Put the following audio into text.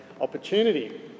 opportunity